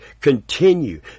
Continue